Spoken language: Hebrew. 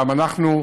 גם אנחנו,